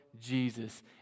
Jesus